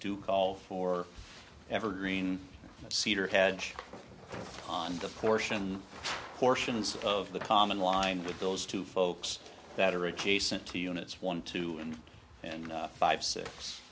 to call for evergreen cedar had on the portion fortunes of the common line with those two folks that are adjacent to units one two and and five six